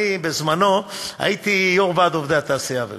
בזמנו הייתי יו"ר ועד עובדי התעשייה האווירית.